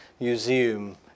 museum